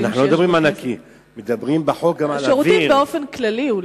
השירותים באופן כללי.